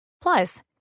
Plus